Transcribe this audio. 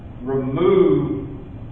remove